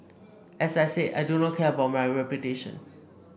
as I said I do not care about my reputation